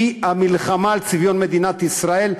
היא המלחמה על צביון מדינת ישראל.